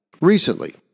recently